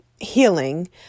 healing